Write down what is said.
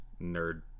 nerd